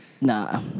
Nah